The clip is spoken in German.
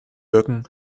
wirken